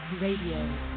Radio